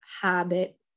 habit